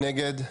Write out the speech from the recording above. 1 נגד,